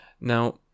Now